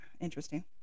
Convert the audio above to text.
interesting